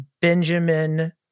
Benjamin